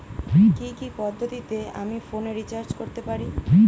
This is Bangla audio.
কি কি পদ্ধতিতে আমি ফোনে রিচার্জ করতে পারি?